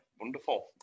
wonderful